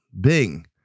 Bing